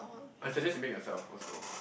I suggest you make yourself also